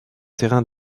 terrain